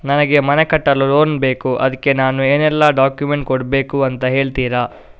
ನನಗೆ ಮನೆ ಕಟ್ಟಲು ಲೋನ್ ಬೇಕು ಅದ್ಕೆ ನಾನು ಏನೆಲ್ಲ ಡಾಕ್ಯುಮೆಂಟ್ ಕೊಡ್ಬೇಕು ಅಂತ ಹೇಳ್ತೀರಾ?